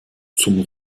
zum